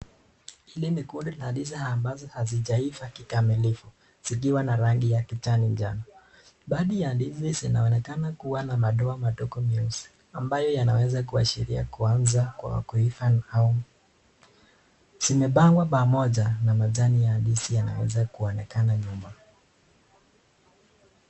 Hili ni kundi za ndizi ambazo hazijaiva kwa ukamilifu zikiwa na rangi ya kijani njano. Baadhi ya ndizi zinaonekana kua na madoa madogo mieusi ambayo inaweza kuashiria kuanza kwa kuiva. Zimepangwa pamoja na majani ya ndizi inaweza kuonekana nyuma.